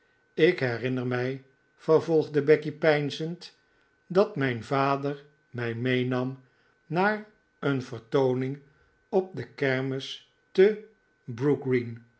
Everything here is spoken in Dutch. ik herinner mij vervolgde becky peinzend dat mijn vader mij meenam naar een vertooning op de kermis te